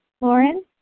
Lauren